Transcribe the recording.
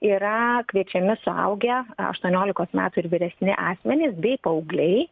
yra kviečiami suaugę aštuoniolikos metų ir vyresni asmenys bei paaugliai